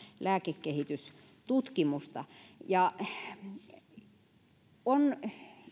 lääkekehitystutkimusta on